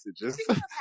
messages